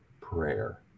prayer